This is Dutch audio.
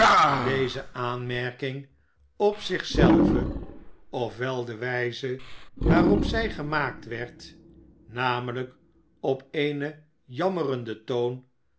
deze aanmerking op zich zelve of wel de wijze waarop zij gemaakt werd namelijk op een zeer jammerenden toon